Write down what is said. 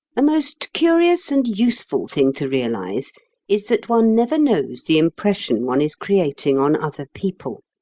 a most curious and useful thing to realize is that one never knows the impression one is creating on other people.